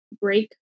break